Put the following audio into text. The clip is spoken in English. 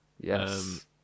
Yes